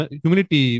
humility